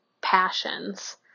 passions